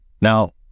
Now